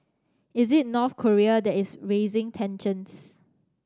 is it North Korea that is raising tensions